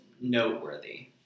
noteworthy